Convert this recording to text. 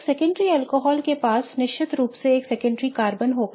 एक secondary alcohol के पास निश्चित रूप से एक सेकेंडरी कार्बन होगा